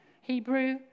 Hebrew